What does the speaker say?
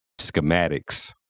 schematics